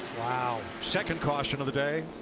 my. second caution of the day.